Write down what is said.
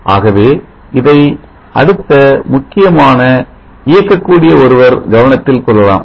ஆகவே இதை அடுத்த முக்கியமான இயக்கக்கூடிய ஒருவர் கவனத்தில் கொள்ளலாம்